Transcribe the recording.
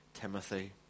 Timothy